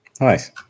Nice